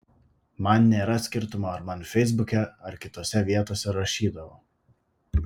man nėra skirtumo ar man feisbuke ar kitose vietose rašydavo